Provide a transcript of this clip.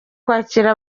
kwakira